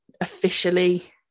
officially